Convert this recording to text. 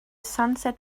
sunset